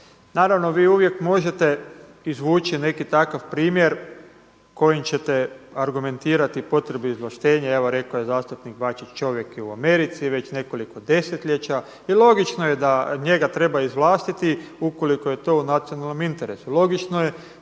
Naravno vi uvijek možete izvući neki takav primjer kojim ćete argumentirati potrebe izvlaštenja. Evo rekao je zastupnik Bačić, čovjek je u Americi već nekoliko desetljeća i logično je da njega treba izvlastiti ukoliko je to u nacionalnom interesu. Logično je